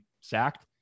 sacked